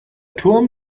turm